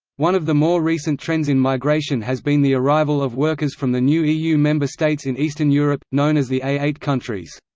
one of the more recent trends in migration has been the arrival of workers from the new eu member states in eastern europe, known as the a eight countries.